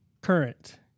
current